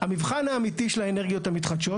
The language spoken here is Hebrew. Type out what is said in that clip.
המבחן האמיתי של האנרגיות המתחדשות,